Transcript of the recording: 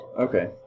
Okay